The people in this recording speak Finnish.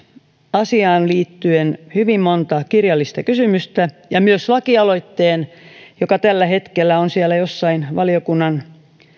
asiaan liittyen hyvin monta kirjallista kysymystä ja myös lakialoitteen joka tällä hetkellä on siellä jossain valiokunnan